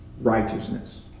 righteousness